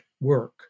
work